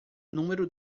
número